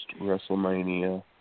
WrestleMania